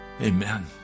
Amen